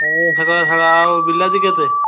ହେଉ ସେକଥା ଛାଡ଼ ଆଉ ବିଲାତି କେତେ